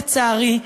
לצערי,